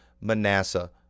Manasseh